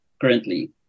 currently